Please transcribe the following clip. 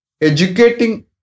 educating